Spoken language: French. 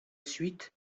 suite